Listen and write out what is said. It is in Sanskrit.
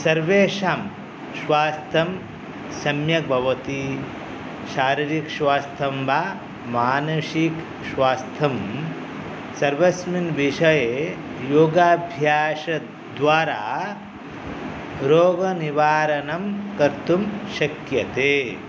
सर्वेषां स्वास्थ्यं सम्यक् भवति शारीरिकस्वास्थ्यं वा मानसिकस्वास्थ्यं सर्वस्मिन् विषये योगाभ्यासद्वारा रोगनिवारणं कर्तुं शक्यते